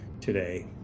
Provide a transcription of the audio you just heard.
today